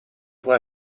può